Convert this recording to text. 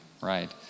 right